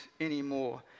anymore